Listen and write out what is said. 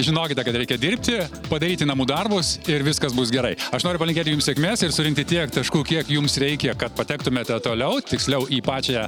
žinokite kad reikia dirbti padaryti namų darbus ir viskas bus gerai aš noriu palinkėti jums sėkmės ir surinkti tiek taškų kiek jums reikia kad patektumėte toliau tiksliau į pačią